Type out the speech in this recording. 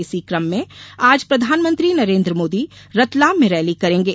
इसी कम में आज प्रधानमंत्री नरेन्द्र मोदी रतलाम में रैली करेंगे